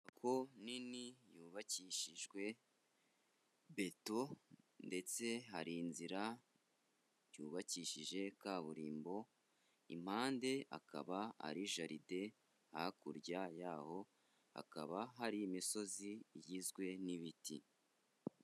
Inyubako nini yubakishijwe beto, ndetse hari inzira yubakishije kaburimbo, impande akaba ari jaride, hakurya yaho hakaba hari imisozi igizwe n'ibiti.